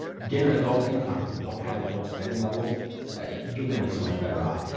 get an adult income but don't have adult spending levels you're going to be so much better off.